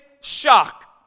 shock